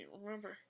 Remember